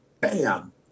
bam